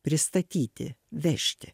pristatyti vežti